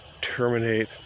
terminate